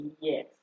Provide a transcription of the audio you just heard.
Yes